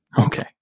Okay